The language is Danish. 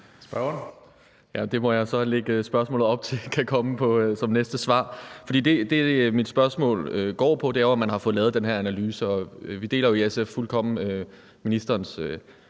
Agersnap (SF): Jeg må så lægge spørgsmålet op til, at det kan komme som det næste svar. For det, mit spørgsmål går på, er jo, om man har fået lavet den her analyse. Vi deler jo i SF fuldstændig ministerens